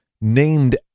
named